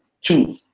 two